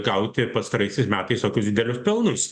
gauti pastaraisiais metais tokius didelius pelnus